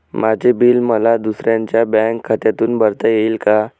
माझे बिल मला दुसऱ्यांच्या बँक खात्यातून भरता येईल का?